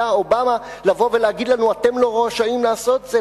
אובמה לבוא ולהגיד לנו: אתם לא רשאים לעשות את זה.